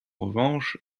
revanche